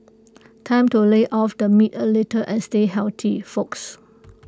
time to lay off the meat A little and stay healthy folks